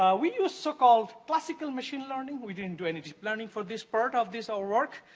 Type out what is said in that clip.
um we used, so-called, classical machine learning. we didn't do any learning for this part of this ah work.